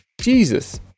Jesus